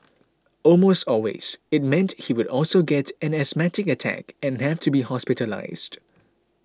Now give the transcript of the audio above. almost always it meant he would also get an asthmatic attack and have to be hospitalised